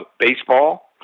baseball